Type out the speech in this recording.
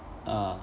ah